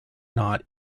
not